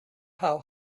how